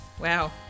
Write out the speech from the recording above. Wow